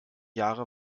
jahre